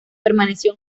permaneció